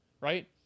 right